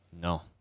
No